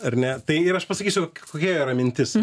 ar ne tai ir aš pasakysiu kokia yra mintis